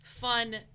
fun